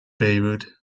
baywood